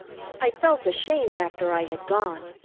i felt ashamed after i had gone.